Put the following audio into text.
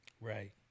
Right